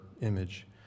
image